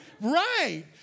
right